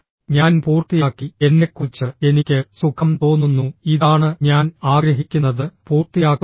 ഞാൻ പൂർത്തിയാക്കി എന്നെക്കുറിച്ച് എനിക്ക് സുഖം തോന്നുന്നു ഇതാണ് ഞാൻ ആഗ്രഹിക്കുന്നത് പൂർത്തിയാക്കുന്നില്ല